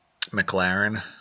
McLaren